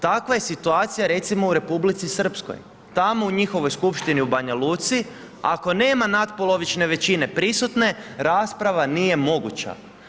Takva je situacija recimo u Republici Srpskoj, tamo u njihovoj skupštini u Banja Luci ako nema natpolovične većine prisutne rasprava nije moguća.